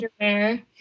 underwear